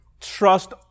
trust